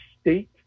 state